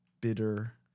Bitter